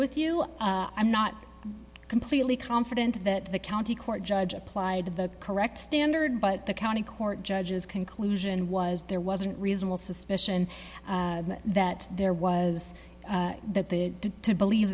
with you i'm not completely confident that the county court judge applied the correct standard but the county court judges conclusion was there wasn't reasonable suspicion that there was that the to believe